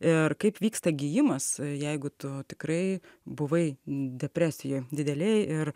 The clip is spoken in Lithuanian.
ir kaip vyksta gijimas jeigu tu tikrai buvai depresijoj didelėj ir